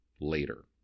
later